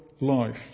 life